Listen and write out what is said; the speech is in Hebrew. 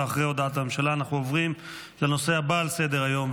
ואחרי הודעת הממשלה אנחנו עוברים לנושא הבא על סדר-היום,